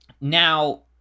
now